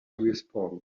response